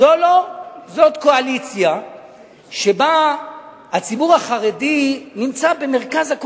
זאת קואליציה שהציבור החרדי נמצא בה במרכז,